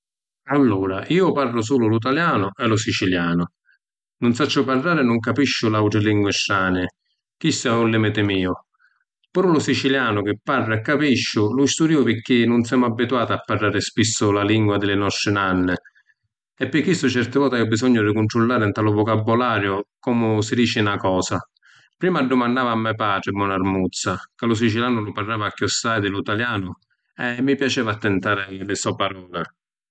Allura, iu parru sulu lu ‘talianu e lu sicilianu. Nun sacciu parrari e nun capisciu l’autri lingui stranii, chistu è un limitu miu. Puru lu sicilianu, chi parru e capisciu, lu studìu pirchì nun semu abituati a parrari spissu la lingua di li nostri nanni e pi chistu certi voti haiu bisognu di cuntrullari nta lu vocabbulariu comu si dici na cosa. Prima dummannava a me’ patri, bon’armuzza, ca lu sicilianu lu parrava cchiòssai di lu ‘talianu e mi piaceva attintari li so’ palori.